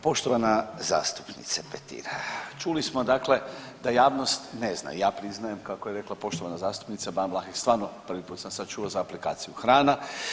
Poštovana zastupnice Petir, čuli smo dakle da javnost ne zna, ja priznajem kako je rekla poštovana zastupnica Ban Vlahek, stvarno prvi put sam sad čuo za aplikaciju „Hrana“